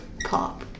pop